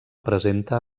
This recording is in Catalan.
presenta